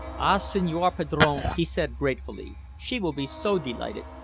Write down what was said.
ah, signor padrone! he said gratefully, she will be so delighted.